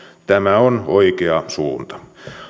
tämä on oikea suunta